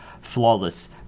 flawless